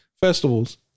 festivals